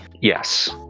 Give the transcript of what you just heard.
Yes